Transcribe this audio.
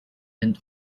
and